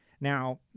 Now